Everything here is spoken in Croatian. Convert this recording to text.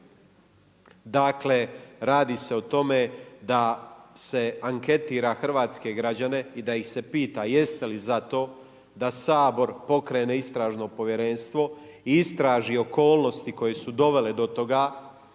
Dakle, radi se o tome da se anketira hrvatske građane, i da ih se pita jeste li za to da Sabor pokrene istražno povjerenstvo, istraži okolnosti koje su dovele do toga,